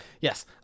Yes